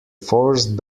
forced